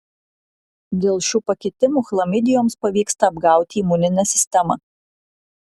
dėl šių pakitimų chlamidijoms pavyksta apgauti imuninę sistemą